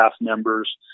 members